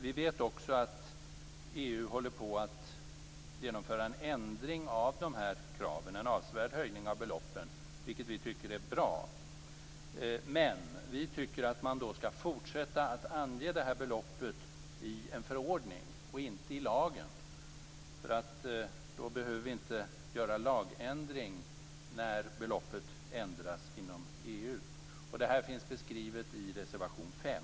Vi vet ju att EU håller på att genomföra en ändring av de här kraven. Det handlar om en avsevärd höjning av beloppen, vilket vi tycker är bra. Vi tycker dock att man skall fortsätta med att ange beloppet i en förordning, inte i lagen. Då behöver vi nämligen inte göra en lagändring när beloppet ändras inom EU. Detta finns beskrivet i reservation 5.